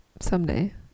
Someday